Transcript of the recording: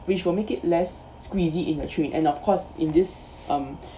which will make it less squeezy in the train and of course in this um